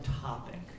topic